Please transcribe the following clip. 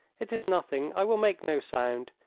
it is nothing. i will make no sound.